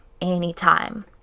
anytime